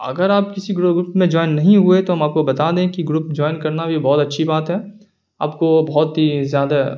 اگر آپ کسی گروپ وروپ میں جوائن نہیں ہوئے تو ہم آپ کو بتا دیں کہ گروپ جوائن کرنا بھی بہت اچھی بات ہے آپ کو بہت ہی زیادہ